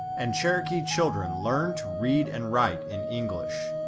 and cherokee children learned to read and write in english.